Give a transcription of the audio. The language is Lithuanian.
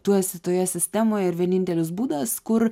tu esi toje sistemoje ir vienintelis būdas kur